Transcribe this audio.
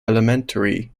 elementary